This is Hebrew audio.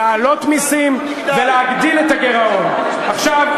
ואתם תסיתו,